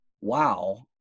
Wow